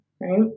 right